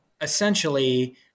essentially